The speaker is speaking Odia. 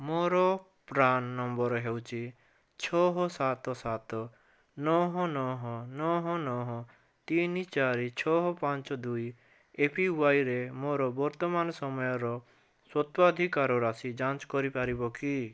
ମୋର ପ୍ରାନ୍ ନମ୍ବର ହେଉଛି ଛଅ ସାତ ସାତ ନଅ ନଅ ନଅ ନଅ ତିନି ଚାରି ଛଅ ପାଞ୍ଚ ଦୁଇ ଏପିୱାଇରେ ମୋର ବର୍ତ୍ତମାନ ସମୟର ସ୍ୱତ୍ୱାଧିକାର ରାଶି ଯାଞ୍ଚ କରିପାରିବ କି